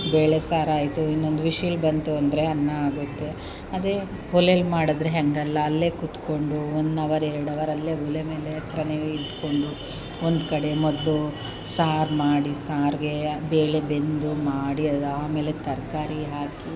ಬೇಳೆ ಸಾರು ಆಯಿತು ಇನ್ನೊಂದು ವಿಝಿಲ್ ಬಂತು ಅಂದರೆ ಅನ್ನ ಆಗುತ್ತೆ ಅದೇ ಒಲೆಯಲ್ಲಿ ಮಾಡಿದ್ರೆ ಹಾಗಲ್ಲ ಅಲ್ಲೇ ಕೂತ್ಕೊಂಡು ಒನ್ ಅವರ್ ಎರಡು ಅವರ್ ಅಲ್ಲೇ ಒಲೆ ಮೇಲೆ ಹತ್ತಿರನೇ ಇದ್ಕೊಂಡು ಒಂದು ಕಡೆ ಮೊದಲು ಸಾರು ಮಾಡಿ ಸಾರಿಗೆ ಬೇಳೆ ಬೆಂದು ಮಾಡಿ ಅದಾಮೇಲೆ ತರಕಾರಿ ಹಾಕಿ